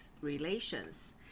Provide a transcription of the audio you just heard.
Relations